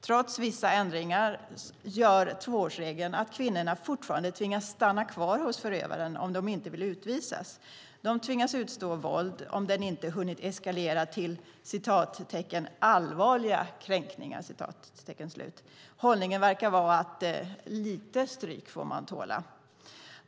Trots vissa ändringar gör tvåårsregeln att kvinnorna fortfarande tvingas stanna kvar hos förövaren om de inte vill utvisas. De tvingas utstå våld om det inte har hunnit eskalera till "allvarliga kränkningar". Hållningen verkar vara att lite stryk får man tåla.